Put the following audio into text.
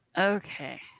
Okay